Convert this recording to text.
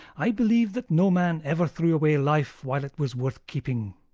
i believe that no man ever threw away life while it was worth keeping.